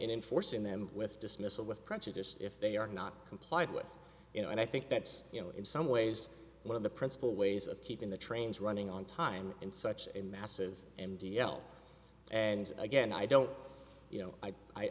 enforcing them with dismissal with prejudice if they are not complied with you know and i think that's you know in some ways one of the principal ways of keeping the trains running on time and such a massive and d l and again i don't you know i